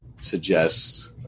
suggests